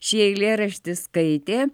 šį eilėraštį skaitė